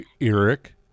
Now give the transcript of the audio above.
Eric